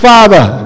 Father